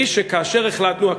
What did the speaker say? והיא שכאשר החלטנו,